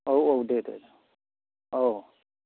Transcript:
औ औ दे दे दे औ